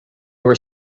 were